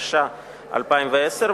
התש"ע 2010,